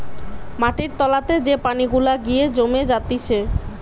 মাটির তোলাতে যে পানি গুলা গিয়ে জমে জাতিছে